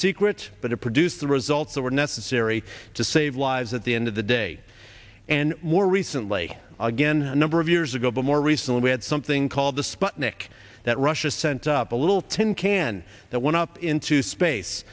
secret but it produced the results that were necessary to save lives at the end of the day and more recently again a number of years ago but more recently we had something called the sputnik that russia sent up a little tin can that went up into space